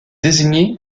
désigné